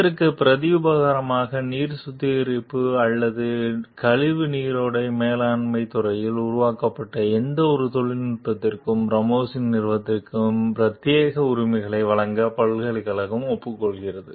இதற்கு பிரதியுபகாரமாக நீர் சுத்திகரிப்பு அல்லது கழிவு நீரோடை மேலாண்மைத் துறையில் உருவாக்கப்பட்ட எந்தவொரு தொழில்நுட்பத்திற்கும் ரமோஸின் நிறுவனத்திற்கு பிரத்யேக உரிமைகளை வழங்க பல்கலைக்கழகம் ஒப்புக்கொள்கிறது